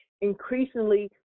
increasingly